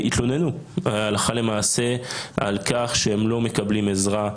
התלוננו הלכה למעשה על כך שהם לא מקבלים עזרה,